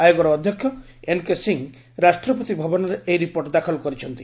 ଆୟୋଗର ଅଧ୍ୟକ୍ଷ N K Singh ରାଷ୍ଟ୍ରପତି ଭବନରେ ଏହି ରିପୋର୍ଟ ଦାଖଲ କରିଛନ୍ତି